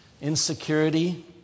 Insecurity